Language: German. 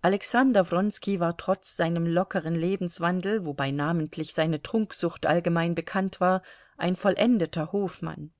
alexander wronski war trotz seinem lockeren lebenswandel wobei namentlich seine trunksucht allgemein bekannt war ein vollendeter hofmann